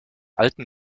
alten